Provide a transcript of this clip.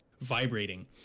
vibrating